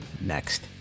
next